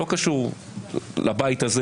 לא קשור לבית הזה